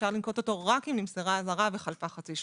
אפשר לנקוט אותו רק אם נמסרה אזהרה וחלפה חצי שנה.